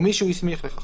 או מי שהוא הסמיך לכך,